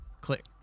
Click